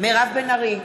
מירב בן ארי,